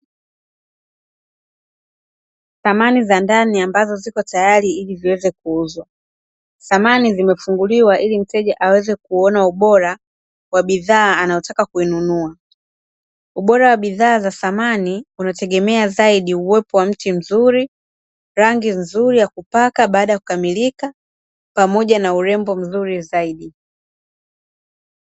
Samani za ndani ambazo zipo tayari ili ziweze kuuzwa, samani zimefunguliwa ili mteja aweze kuona ubora wa bidhaa anayotaka kuinunua. Ubora wa bidhaa za samani unategemea uwepo wa mti mzuri, rangi nzuri ya kupaka baada ya kukamilika pamoja na urembo mzuri zaidi.